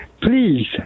please